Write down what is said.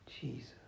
Jesus